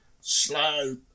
slow